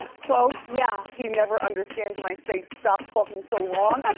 close. yeah. he never understands when i say stop talking so long. and